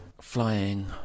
flying